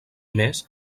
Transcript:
més